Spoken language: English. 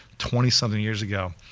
twenty something years ago.